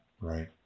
Right